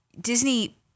Disney